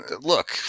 look